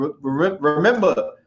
remember